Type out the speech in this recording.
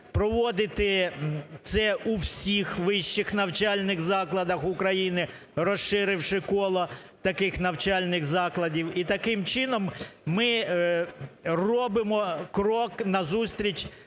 проводити це у всіх вищих навчальних закладах України, розширивши коло таких навчальних закладів. І, таким чином, ми робимо крок назустріч